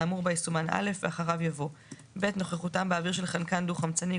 האמור בה יסומן (א) ואחרי יבוא: "(ב) נוכחותם באוויר של חנן דו חמצני,